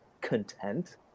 content